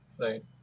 Right